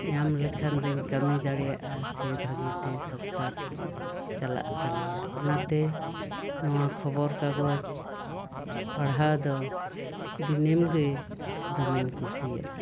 ᱧᱟᱢ ᱞᱮᱠᱷᱟᱱ ᱫᱚᱧ ᱠᱟᱹᱢᱤ ᱫᱟᱲᱮᱭᱟᱜᱼᱟ ᱥᱮ ᱵᱷᱟᱹᱜᱤ ᱛᱮ ᱥᱚᱝᱥᱟᱨ ᱪᱟᱞᱟᱜ ᱛᱟᱞᱮᱭᱟ ᱚᱱᱟᱛᱮ ᱱᱚᱣᱟ ᱠᱷᱚᱵᱚᱨ ᱠᱟᱜᱚᱡᱽ ᱯᱟᱲᱦᱟᱣ ᱫᱚ ᱫᱤᱱᱟᱹᱢ ᱜᱮ ᱫᱚᱢᱮᱧ ᱠᱩᱥᱤᱭᱟᱜᱼᱟ